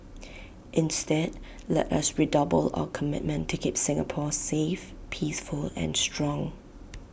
instead let us redouble our commitment keep Singapore safe peaceful and strong